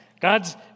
God's